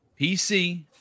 PC